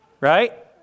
right